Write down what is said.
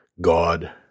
God